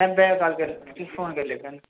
मी back call करी में phone करी लैगा